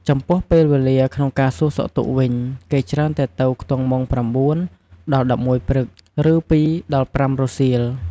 ចំពោះពេលវេលាក្នុងការសួរសុខទុក្ខវិញ គេច្រើនតែទៅខ្ទង់ម៉ោង៩ ដល់ ១១ព្រឹក ឬ ២ ដល់ ៥ រសៀល។